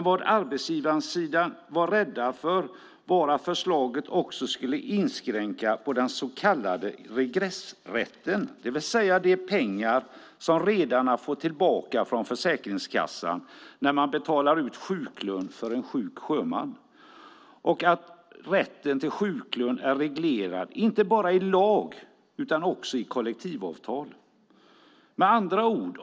Vad arbetsgivarsidan var rädda för var dock att förslaget också skulle inskränka den så kallade regressrätten, det vill säga de pengar redarna får tillbaka från Försäkringskassan när de betalar ut sjuklön för en sjuk sjöman, och att rätten till sjuklön är reglerad inte bara i lag utan också i kollektivavtal.